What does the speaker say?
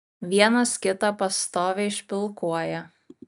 vienas kitą pastoviai špilkuoja